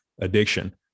addiction